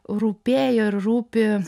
rūpėjo ir rūpi